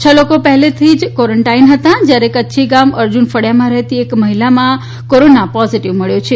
છ લોકો પહેલેથી કોરેન્ટાઇનમાં હતા અને કચ્છીગામ અર્જુન ફળીયામાં રહેતી એક મહિલામાં કોરોના પોઝીટીવ મબ્યુ છે